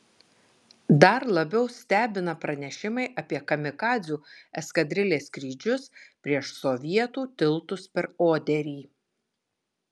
dar labiau stebina pranešimai apie kamikadzių eskadrilės skrydžius prieš sovietų tiltus per oderį